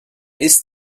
ist